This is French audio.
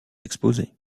exposées